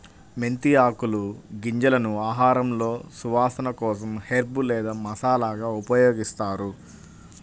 మెంతి ఆకులు, గింజలను ఆహారంలో సువాసన కోసం హెర్బ్ లేదా మసాలాగా ఉపయోగిస్తారు